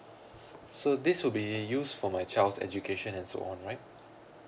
so this will be use for my child's education and so on right